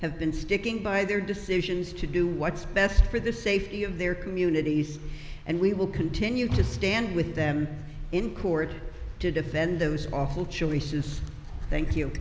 have been sticking by their decisions to do what's best for the safety of their communities and we will continue to stand with them in court to defend those awful chili says thank you